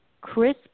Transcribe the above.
crisp